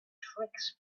tricks